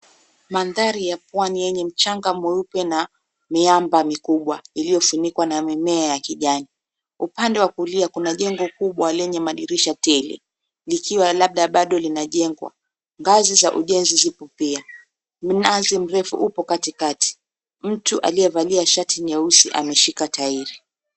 Mandhari ya Pwani yenye mchanga mweupe na miamba mikubwa iliyofunikwa na mimea ya kijani. Upande wa kulia kuna jengo kubwa lenye madirisha tele likiwa labda bado linajengwa. Ngazi za ujenzi zipo pia minazi mirefu upo katikati. Mtu aliyevalia shati nyeusi ameshika tairi.